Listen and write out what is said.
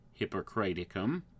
Hippocraticum